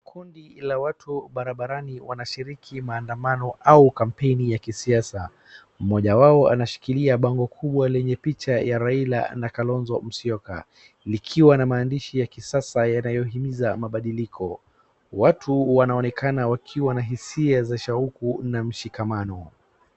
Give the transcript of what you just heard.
Kundi la watu barabarani wanashiriki maandamano au kampeni ya kisiasa. Mmoja wao anashikilia bango kubwa lenye picha ya Raila na Kalonzo Musyoka likiwa na maandishi ya kisasa yanayohimiza mabandiliko. Watu wanaonekana wakiwa na hisia za ahauku na mshikamano.